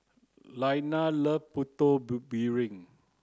Lailah loves putu piring